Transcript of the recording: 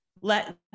let